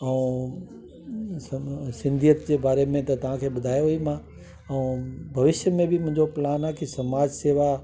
ऐं सिंधीयत जे बारे में त तव्हांखे ॿुधायो ई मां ऐं भविष्य में बि मुंहिंजो प्लान आहे की समाज सेवा